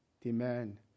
demand